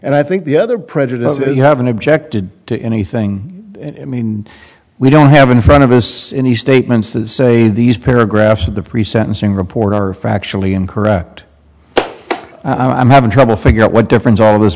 and i think the other prejudice is you haven't objected to anything i mean we don't have in front of us any statements that say these paragraphs of the pre sentencing report are factually incorrect i'm having trouble figure out what difference all this